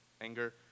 anger